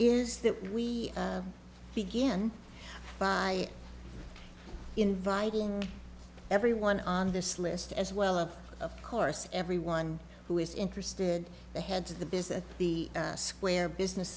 is that we begin by inviting everyone on this list as well of course everyone who is interested the heads of the business the square business